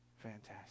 fantastic